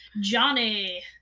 Johnny